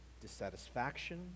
dissatisfaction